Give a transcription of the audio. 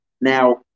Now